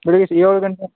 ಬೆಳಿಗ್ಗೆ ಏಳು ಗಂಟೆ